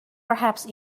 perhaps